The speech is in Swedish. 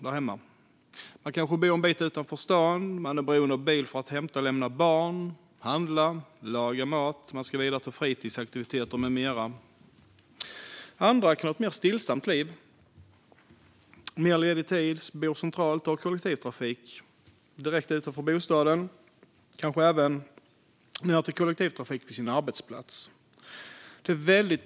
Kanske bor man en bit utanför stan och är beroende av bil för att lämna och hämta barn, handla, skjutsa till fritidsaktiviteter med mera. Andra lever ett mer stillsamt liv, bor centralt och har tillgång till kollektivtrafik direkt utanför bostaden och reser kollektivt till sin arbetsplats.